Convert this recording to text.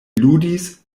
ludis